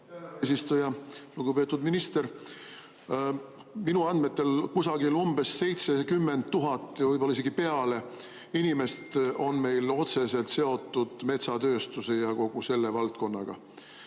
eesistuja! Lugupeetud minister! Minu andmetel umbes 70 000 inimest, võib-olla isegi peale, on meil otseselt seotud metsatööstuse ja kogu selle valdkonnaga.